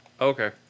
Okay